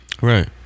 Right